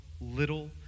little